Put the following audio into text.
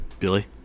Billy